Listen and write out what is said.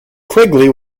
quigley